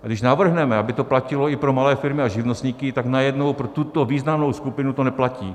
Když navrhneme, aby to platilo i pro malé firmy a živnostníky, tak najednou pro tuto významnou skupinu to neplatí.